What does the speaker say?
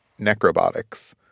necrobotics